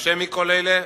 מתרשם מכל אלה?